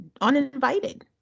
uninvited